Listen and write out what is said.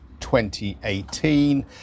2018